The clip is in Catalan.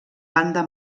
banda